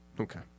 Okay